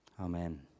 amen